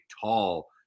tall